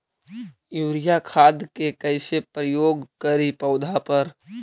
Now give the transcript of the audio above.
Urea खाद के कैसे प्रयोग करि पौधा पर?